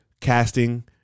Casting